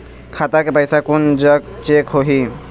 खाता के पैसा कोन जग चेक होही?